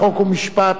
חוק ומשפט